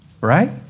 Right